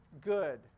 good